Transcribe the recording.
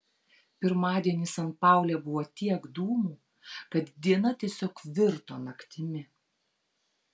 pirmadienį san paule buvo tiek dūmų kad diena tiesiog virto naktimi